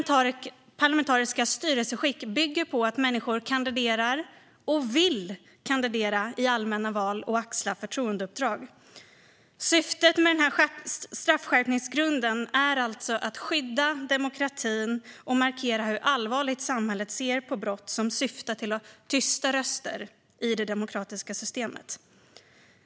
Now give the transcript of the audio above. Vårt parlamentariska styrelseskick bygger på att människor kandiderar - och vill kandidera - i allmänna val för att axla förtroendeuppdrag. Syftet med den här straffskärpningsgrunden är alltså att skydda demokratin och markera hur allvarligt samhället ser på brott som syftar till att tysta röster i det demokratiska systemet.